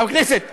חבר הכנסת,